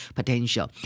Potential